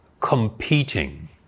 competing